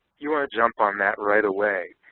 you want to jump on that right away,